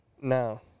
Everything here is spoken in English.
No